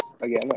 again